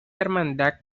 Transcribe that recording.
hermandad